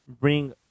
bring